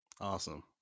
Awesome